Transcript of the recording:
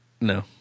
No